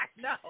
No